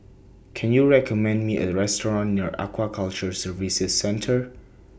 Can YOU recommend Me A Restaurant near Aquaculture Services Centre